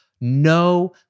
No